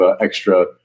extra